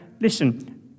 Listen